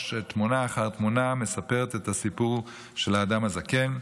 תמונה אחר תמונה מספרות את הסיפור של האדם הזקן.